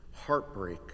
heartbreak